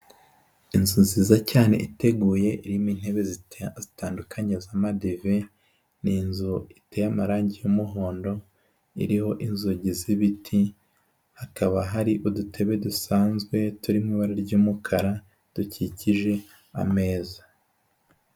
Inzu nziza cyane iteguye irimo intebe zitandukanye z'amadive. Ni inzu iteye amarangi y'umuhondo, iriho inzugi z'ibiti, hakaba hari udutebe dusanzwe turimo ibara ry'umukara dukikije ameza.